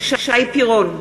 שי פירון,